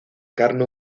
carne